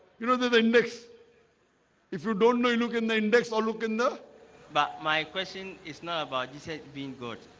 you know, they're the index if you don't know you look in the index or look in the but my question is not about you say i mean good